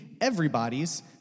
everybody's